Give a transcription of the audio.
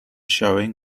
showing